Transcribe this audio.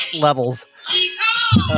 levels